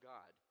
God